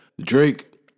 Drake